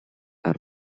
are